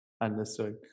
Understood